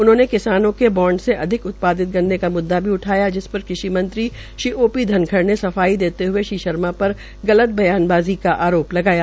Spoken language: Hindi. उन्होंने किसानों के बोंड से अधिक उत्पादित गन्ने का मुददा भी उठाया जिस पर कृषि मंत्री ओ पी धनखड़ ने सफाई देते हुए कहा कि शर्मा पर गलत बयानबाज़ी का आरोप लगाया